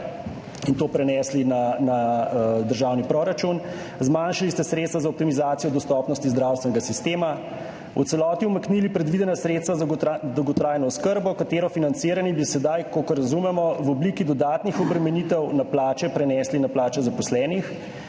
in to prenesli na državni proračun, zmanjšali ste sredstva za optimizacijo dostopnosti zdravstvenega sistema, v celoti umaknili predvidena sredstva za dolgotrajno oskrbo, katere financiranje bi sedaj, kakor razumemo, v obliki dodatnih obremenitev na plače prenesli na plače zaposlenih.